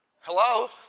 Hello